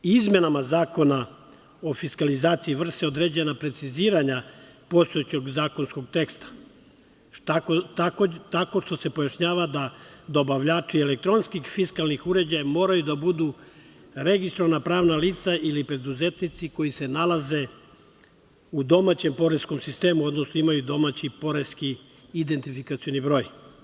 Izmenama Zakona o fiskalizaciji vrše se određena preciziranja postojećeg zakonskog teksta, tako što se pojašnjava da dobavljači elektronskih fisklanih uređaja moraju da budu registrovana pravna lica, ili preduzetnici koji se nalaze u domaćem poreskom sistemu, odnosno imaju domaći poreski identifikacioni broj.